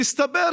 מסתבר